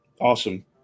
Awesome